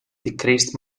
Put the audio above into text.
decreased